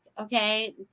Okay